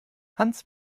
hans